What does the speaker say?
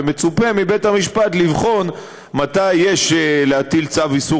ומצופה מבית-המשפט לבחון מתי יש להטיל צו איסור